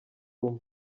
rumwe